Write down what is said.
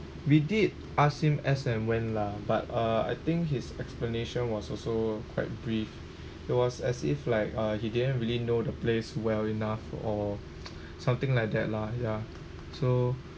we did ask him as then when lah but uh I think his explanation was also quite brief it was as if like uh he didn't really know the place well enough or something like that lah ya so